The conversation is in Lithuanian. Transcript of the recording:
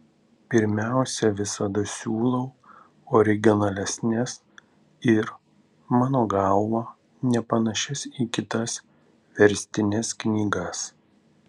pirmiausia visada siūlau originalesnes ir mano galva nepanašias į kitas verstines knygas